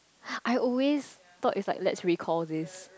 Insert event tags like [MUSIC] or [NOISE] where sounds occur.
[BREATH] I always thought it's like let's recall this